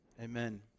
amen